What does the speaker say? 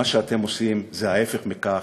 מה שאתם עושים זה ההפך מכך,